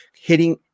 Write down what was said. hitting